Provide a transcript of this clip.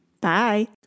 Bye